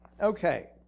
Okay